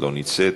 לא נמצאת,